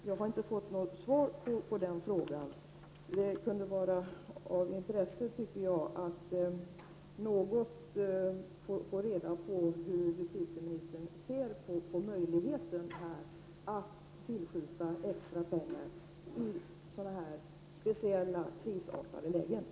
Jag tycker att det kan vara av intresse att få reda på hur justitieministern ser på möjligheten att tillskjuta extra pengar i sådana här speciella krisartade lägen.